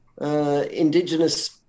indigenous